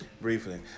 Briefly